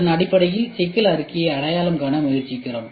அதன் அடிப்படையில் சிக்கல் அறிக்கையை அடையாளம் காண முயற்சிக்கிறோம்